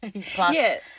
plus